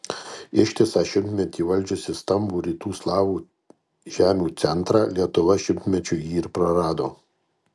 ištisą šimtmetį valdžiusi stambų rytų slavų žemių centrą lietuva šimtmečiui jį ir prarado